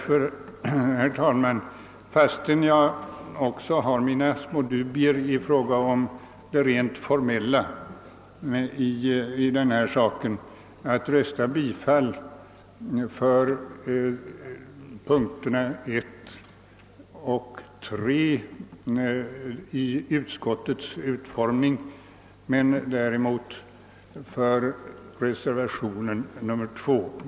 Fastän jag också har mina små dubier i fråga om det rent formella i den här saken, kommer jag därför att rösta för bifall till utskottets hemställan under punkterna 1 och 3 men däremot för reservationen punkt 2.